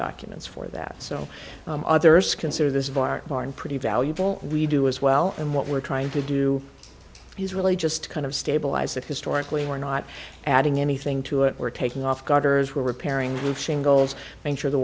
documents for that so others consider this virus barn pretty valuable we do as well and what we're trying to do is really just kind of stabilize that historically we're not adding anything to it we're taking off gutters were repairing roof shingles and sure the